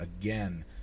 again